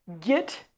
Get